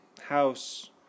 house